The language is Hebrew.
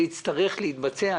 זה יצטרך להתבצע.